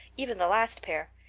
even the last pair.